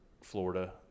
florida